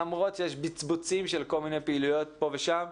למרות שיש בצבוצים של כל מיני פעילויות פה ושם.